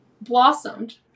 blossomed